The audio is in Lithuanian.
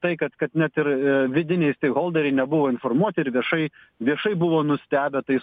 tai kad kad net ir vidiniai staiholderiai nebuvo informuoti ir viešai viešai buvo nustebę tais